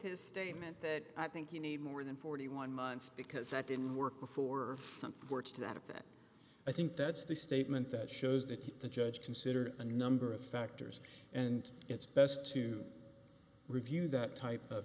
his statement that i think you need more than forty one months because that didn't work before some courts to that effect i think that's the statement that shows that the judge considered a number of factors and it's best to review that type of